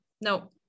no